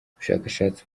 ubushakashatsi